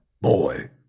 boy